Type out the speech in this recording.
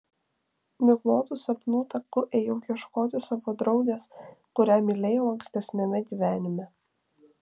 miglotu sapnų taku ėjau ieškoti savo draugės kurią mylėjau ankstesniame gyvenime